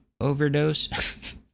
overdose